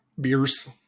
beers